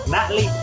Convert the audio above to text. Natalie